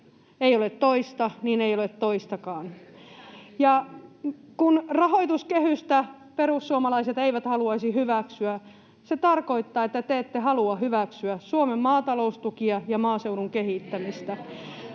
perussuomalaisten ryhmästä] Kun rahoituskehystä perussuomalaiset eivät haluaisi hyväksyä, se tarkoittaa, että te ette halua hyväksyä Suomen maataloustukia ja maaseudun kehittämistä.